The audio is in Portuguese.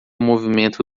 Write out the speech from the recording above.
movimento